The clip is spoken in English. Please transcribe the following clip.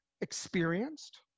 experienced